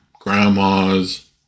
Grandmas